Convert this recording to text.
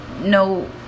no